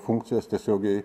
funkcijas tiesiogiai